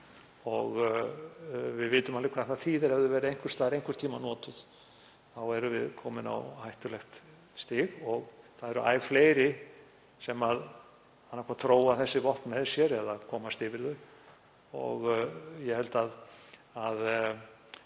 og við vitum alveg hvað það þýðir ef þau verða einhvers staðar einhvern tíma notuð. Þá erum við komin á hættulegt stig. Það eru æ fleiri sem annaðhvort þróa þessi vopn með sér eða komast yfir þau. Og ég held að